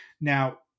Now